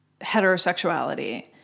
heterosexuality